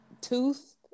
tooth